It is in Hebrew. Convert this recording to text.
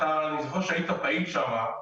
אתה היית פעיל בה.